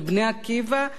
אלה לצד אלה.